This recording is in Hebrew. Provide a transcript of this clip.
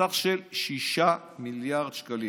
בסך 6 מיליארד שקלים.